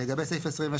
לגבי סעיף (23),